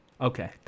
Okay